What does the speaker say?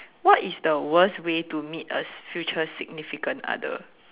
what is the worst way to meet a future significant other